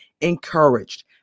encouraged